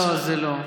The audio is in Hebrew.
לא, זה לא.